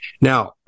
Now